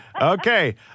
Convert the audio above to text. Okay